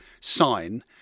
sign